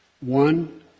One